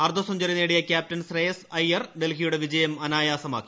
അർദ്ധ സെഞ്ചറി നേടിയ ക്യാപ്റ്റൻ ശ്രേയസ് അയ്യർ ഡൽഹിയുടെ വിജയം അനായാസമാക്കി